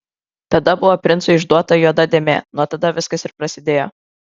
tada buvo princui išduota juoda dėmė nuo tada viskas ir prasidėjo